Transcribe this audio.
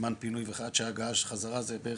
הזמן פינוי ושעת הגעה לחזרה זה יכול